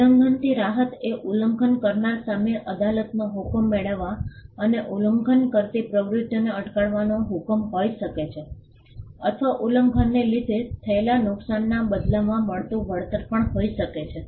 ઉલ્લંઘનથી રાહત એ ઉલ્લંઘન કરનાર સામે અદાલતનો હુકમ મેળવવામાં અને ઉલ્લંઘન કરતી પ્રવૃત્તિઓને અટકાવવાનો હુકમ હોઈ શકે છે અથવા ઉલ્લંઘનને લીધે થયેલા નુકસાનના બદલામાં મળતું વળતર પણ હોઈ શકે છે